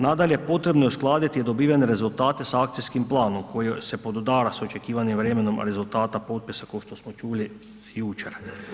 Nadalje, potrebno je uskladiti dobivene rezultate s akcijskim planom koji se podudara s očekivanim vremenom rezultata popisa kao što smo čuli jučer.